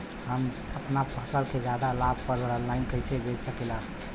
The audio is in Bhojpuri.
हम अपना फसल के ज्यादा लाभ पर ऑनलाइन कइसे बेच सकीला?